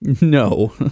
No